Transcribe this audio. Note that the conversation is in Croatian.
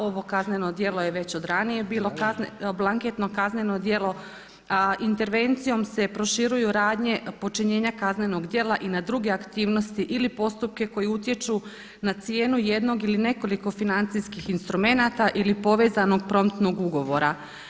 Ovo kazneno djelo je već od ranije bilo blanketno kazneno djelo, a intervencijom se proširuju radnje počinjenja kaznenog djela i na druge aktivnosti ili postupke koji utječu na cijenu jednog ili nekoliko financijskih instrumenata ili povezanog promptnog ugovora.